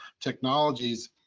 technologies